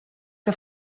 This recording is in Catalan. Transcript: que